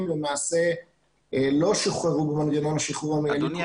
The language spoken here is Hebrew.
למעשה לא שוחררו במנגנון השחרור המנהלי --- אדוני,